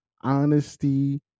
honesty